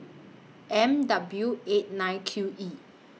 M W eight nine Q E